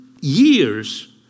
years